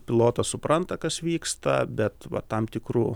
pilotas supranta kas vyksta bet va tam tikru